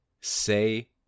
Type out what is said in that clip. Say